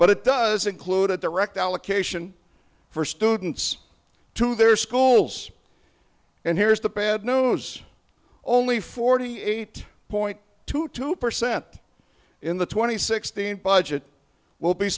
but it does include a direct allocation for students to their schools and here is the bad knows only forty eight point two two percent in the twenty sixteen budget will be